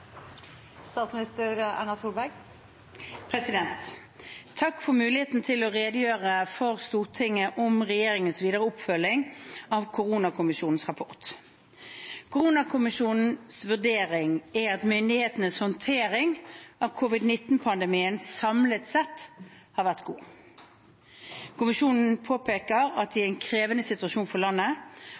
Takk for muligheten til å redegjøre for Stortinget om regjeringens videre oppfølging av koronakommisjonens rapport. Koronakommisjonens vurdering er at myndighetenes håndtering av covid-19-pandemien samlet sett har vært god. Kommisjonen påpeker at i en krevende situasjon for landet